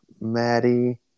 Maddie